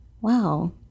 wow